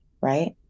right